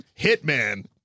Hitman